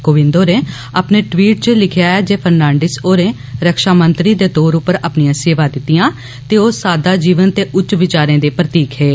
कोविन्द होरें अपने ट्वीट च लिखेआ जे फर्नाडिस होरें रक्षामंत्री दे तौर उप्पर अपनियां सेवा दितियां ते ओ साद्दा जीवन ते उच्च विचारें दे प्रतिक हे